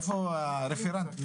איפה הרפרנט?